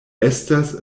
estas